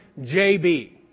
JB